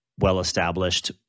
well-established